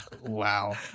Wow